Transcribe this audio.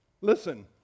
listen